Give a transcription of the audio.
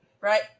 right